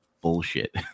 bullshit